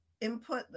input